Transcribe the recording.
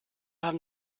haben